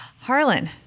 Harlan